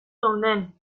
geunden